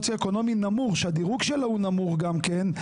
סוציואקונומי נמוך שהדירוג שלה הוא נמוך גם כן,